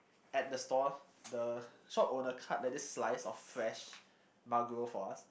at the stall the shop owner cut the this slice of fresh maguro for us